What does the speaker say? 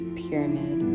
pyramid